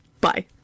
Bye